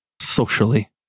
socially